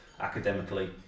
academically